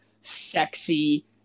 sexy